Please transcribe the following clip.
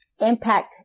impact